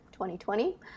2020